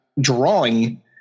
drawing